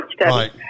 Right